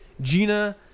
Gina